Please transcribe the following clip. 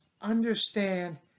understand